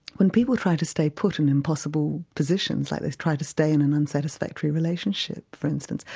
when people try to stay put in impossible positions, like they try to stay in an unsatisfactory relationship for instance,